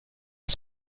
une